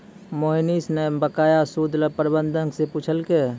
मोहनीश न बकाया सूद ल प्रबंधक स पूछलकै